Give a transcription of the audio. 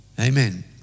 Amen